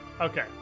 Okay